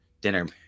dinner